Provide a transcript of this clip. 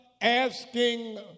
asking